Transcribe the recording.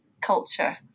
culture